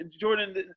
Jordan